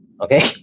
okay